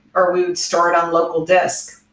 or we would store it on local disk.